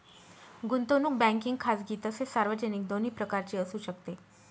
गुंतवणूक बँकिंग खाजगी तसेच सार्वजनिक दोन्ही प्रकारची असू शकते